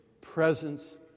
presence